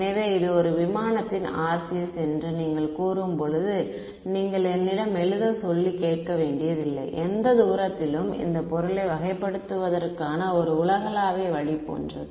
எனவே இது ஒரு விமானத்தின் RCS என்று நீங்கள் கூறும்போது நீங்கள் என்னிடம் எழுத சொல்லி கேட்க வேண்டியதில்லை எந்த தூரத்திலும் இந்த பொருளை வகைப்படுத்துவதற்கான ஒரு உலகளாவிய வழி போன்றது